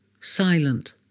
silent